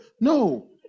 No